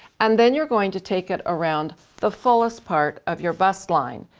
and then you're going to take it around the fullest part of your bust line.